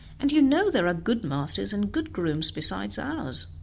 and you know there are good masters and good grooms beside ours,